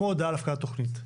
הודעה על הפקעת תוכנית.